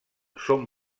són